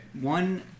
One